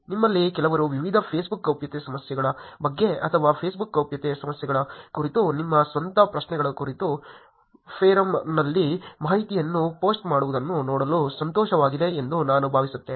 ನಿಮ್ಮಲ್ಲಿ ಕೆಲವರು ವಿವಿಧ ಫೇಸ್ಬುಕ್ ಗೌಪ್ಯತೆ ಸಮಸ್ಯೆಗಳ ಬಗ್ಗೆ ಅಥವಾ ಫೇಸ್ಬುಕ್ ಗೌಪ್ಯತೆ ಸಮಸ್ಯೆಗಳ ಕುರಿತು ನಿಮ್ಮ ಸ್ವಂತ ಪ್ರಶ್ನೆಗಳ ಕುರಿತು ಫೋರಮ್ನಲ್ಲಿ ಮಾಹಿತಿಯನ್ನು ಪೋಸ್ಟ್ ಮಾಡುವುದನ್ನು ನೋಡಲು ಸಂತೋಷವಾಗಿದೆ ಎಂದು ನಾನು ಭಾವಿಸುತ್ತೇನೆ